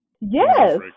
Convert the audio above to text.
yes